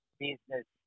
business